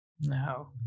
No